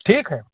ठीक है